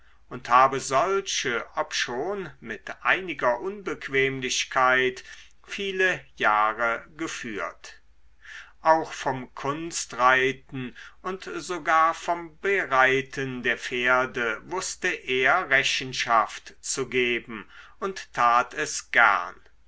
und habe solche obschon mit einiger unbequemlichkeit viele jahre geführt auch vom kunstreiten und sogar vom bereiten der pferde wußte er rechenschaft zu geben und tat es gern